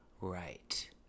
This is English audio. right